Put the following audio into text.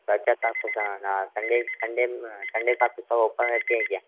Sunday Sunday Sunday को आपकी shop open रहती है क्या